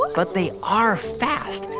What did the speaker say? but they are fast.